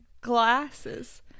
Glasses